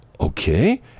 okay